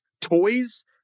toys